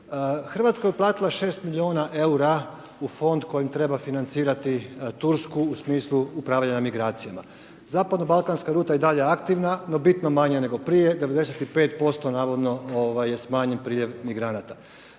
Hrvatska je uplatila 6 milijuna EUR-a u Fond kojim treba financirati Tursku u smislu upravljanja imigracijama, zapadno balkanska ruta je i dalje aktivna, no bitno manje nego prije, 95% navodno je smanjen priljev migranata,